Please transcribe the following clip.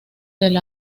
del